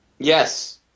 Yes